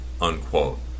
unquote